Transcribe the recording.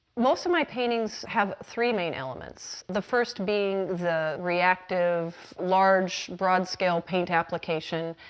most of my paintings have three main elements, the first being the reactive, large broad-scale paint application,